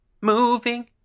Moving